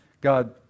God